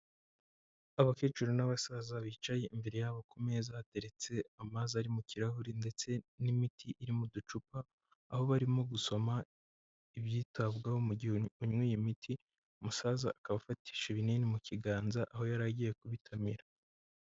Abakecuru n'abasaza bicaye imbere yabo ku meza hateretse amazi ari mu kirahuri ndetse n'imiti iri mu ducupa, aho barimo gusoma ibyitabwaho mu gihe unywa iyi miti, umusaza akaba afatisha ibinini mu kiganza aho yari agiye kubitamira.